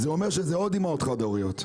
זה אומר עוד אימהות חד הוריות,